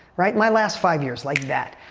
right? my last five years, like that.